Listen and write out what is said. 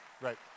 right